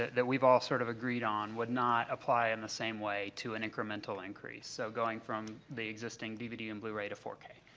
that we've all sort of agreed on would not apply in the same way to an incremental increase so, going from the existing dvd and blu-ray to four k.